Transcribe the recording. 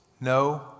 no